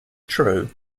true